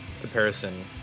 comparison